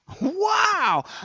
wow